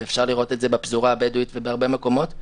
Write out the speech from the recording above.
ואפשר לראות את זה בפזורה הבדואית ובהרבה מקומות,